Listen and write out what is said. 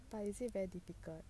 but is it very difficult